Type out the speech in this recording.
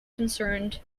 concerned